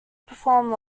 performed